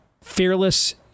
fearless